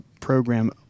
program